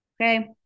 Okay